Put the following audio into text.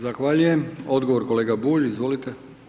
Zahvaljujem, odgovor kolega Bulj, izvolite.